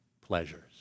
pleasures